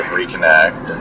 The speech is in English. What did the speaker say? reconnect